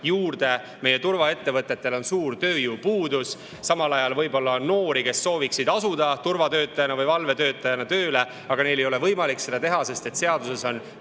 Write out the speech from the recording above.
juurde. Meie turvaettevõtetel on suur tööjõupuudus, samal ajal võib olla noori, kes sooviksid asuda turvatöötajana või valvetöötajana tööle, aga neil ei ole võimalik seda teha, sest seaduses on